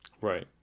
Right